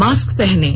mask पहनें